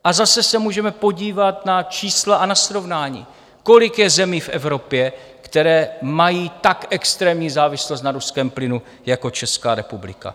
A zase se můžeme podívat na čísla a na srovnání, kolik je zemí v Evropě, které mají tak extrémní závislost na ruském plynu jako Česká republika.